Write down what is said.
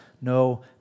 no